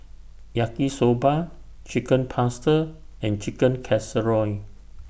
Yaki Soba Chicken Pasta and Chicken Casserole